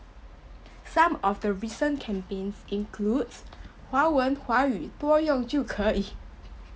some of the recent campaigns includes 华文话语多用就可以